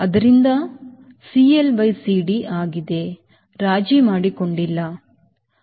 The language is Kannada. ಆದ್ದರಿಂದ ಅದು CLCD ಆಗಿದೆ ರಾಜಿ ಮಾಡಿಕೊಂಡಿಲ್ಲ ಸರಿ